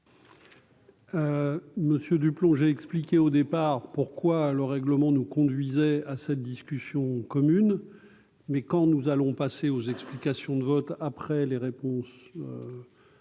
Monsieur du plongée expliqué au départ, pourquoi le règlement nous conduisait à cette discussion commune mais quand nous allons passer aux explications de vote après les réponses.